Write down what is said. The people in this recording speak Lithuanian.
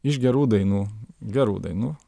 iš gerų dainų gerų dainų